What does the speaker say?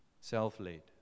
self-led